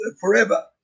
forever